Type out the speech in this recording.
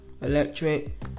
electric